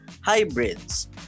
hybrids